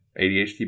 ADHD